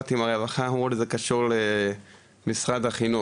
דיברתי עם הרווחה, אמרו לי זה קשור למשרד החינוך.